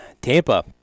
Tampa